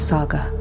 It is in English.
Saga